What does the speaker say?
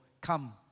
Come